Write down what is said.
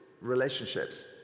relationships